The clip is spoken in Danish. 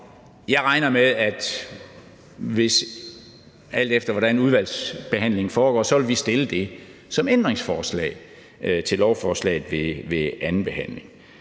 Jeg regner med, at vi, alt efter hvordan udvalgsbehandlingen foregår, vil stille det som ændringsforslag til lovforslaget ved andenbehandlingen.